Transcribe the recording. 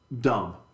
dumb